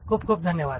खूप खूप धन्यवाद